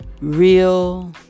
real